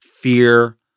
fear